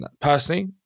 personally